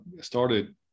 started